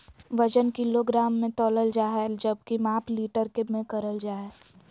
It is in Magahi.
वजन किलोग्राम मे तौलल जा हय जबकि माप लीटर मे करल जा हय